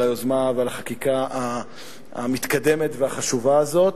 על היוזמה ועל החקיקה המתקדמת והחשובה הזאת,